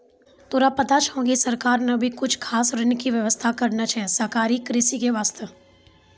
तोरा पता छौं कि सरकार नॅ भी कुछ खास ऋण के व्यवस्था करनॅ छै सहकारी कृषि के वास्तॅ